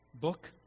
book